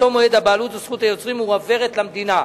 מאותו מועד הבעלות וזכות היוצרים מועברות למדינה.